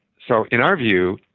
so in our view,